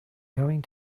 going